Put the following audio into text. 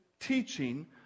teaching